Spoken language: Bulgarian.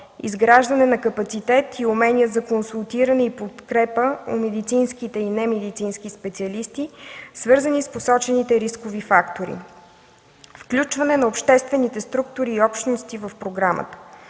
изграждане на капацитет и умения за консултиране и подкрепа в медицинските и немедицински специалисти, свързани с посочените рискови фактори; - включване на обществените структури и общности в програмата.